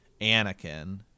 Anakin